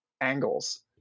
angles